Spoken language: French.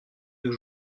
deux